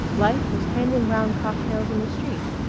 life was handing round cocktails in the street!